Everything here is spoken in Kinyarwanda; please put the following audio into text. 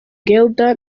guelda